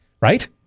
Right